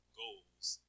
goals